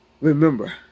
Remember